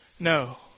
No